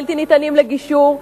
בלתי ניתנים לגישור,